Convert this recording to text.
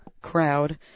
crowd